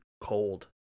cold